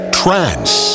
trance